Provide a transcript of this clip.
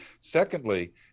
Secondly